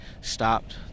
stopped